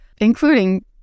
including